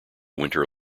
winter